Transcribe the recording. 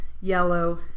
yellow